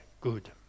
good